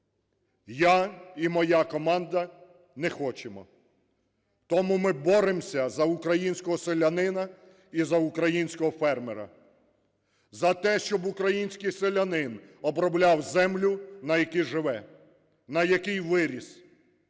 Я і моя команда не хочемо. Тому ми боремося за українського селянина і за українського фермера. За те, щоб український селянин обробляв землю, на якій живе, на якій виріс.